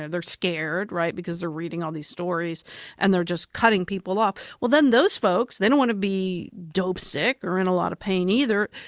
ah they're scared, right? because they're reading all these stories and they're just cutting people off. well then those folks, they don't want to be dope sick or in a lot of pain either,